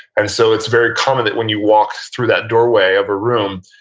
and so it's very common that when you walk through that doorway of a room,